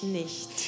nicht